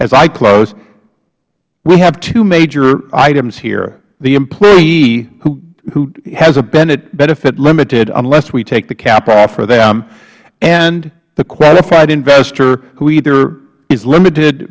as i close we have two major items here the employee who has a benefit limited unless we take the cap off for them and the qualified investor who either is limited